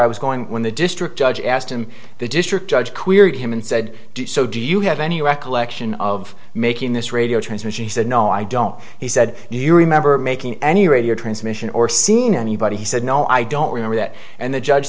i was going when the district judge asked him the district judge queried him and said so do you have any recollection of making this radio transmission he said no i don't he said do you remember making any radio transmission or seen anybody he said no i don't remember that and the judge